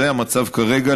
זה המצב כרגע,